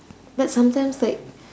but sometimes like